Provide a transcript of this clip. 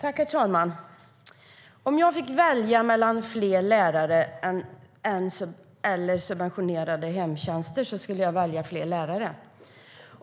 Herr talman! Om jag fick välja mellan fler lärare eller subventionerade hemtjänster skulle jag välja fler lärare.